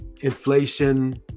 inflation